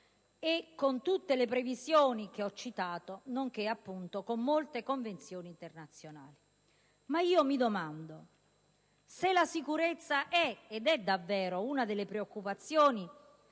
e con tutte le previsioni che ho citato, nonché, appunto, con molte convenzioni internazionali. Ma io mi domando: se la sicurezza è - e lo è davvero - una delle preoccupazioni